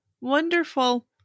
Wonderful